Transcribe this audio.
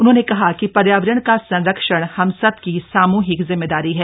उन्होंने कहा कि पर्यावरण का संरक्षण हम सब की सामूहिक जिम्मेदारी है